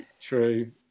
true